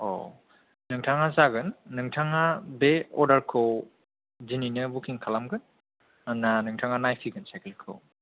औ नोंथाङा जागोन नोंथाङा बे अर्डारखौ दिनैनो बुकिं खालामगोन ना नोंथाङा नायफैगोन साइकेलखौ